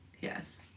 Yes